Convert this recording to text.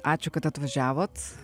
ačiū kad atvažiavot